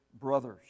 brothers